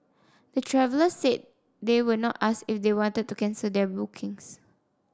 the travellers said they were not asked if they wanted to cancel their bookings